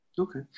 Okay